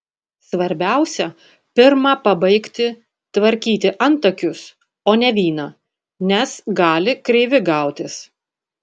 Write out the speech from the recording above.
svarbiausia pirma pabaigti tvarkyti antakius o ne vyną nes gali kreivi gautis